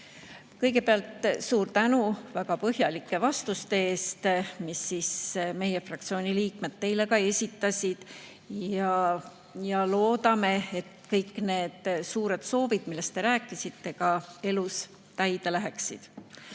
Kõigepealt suur tänu väga põhjalike vastuste eest [küsimustele], mille meie fraktsiooni liikmed teile esitasid, ja loodame, et kõik need suured soovid, millest te rääkisite, ka elus täide läheksid.